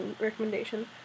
recommendation